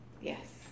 Yes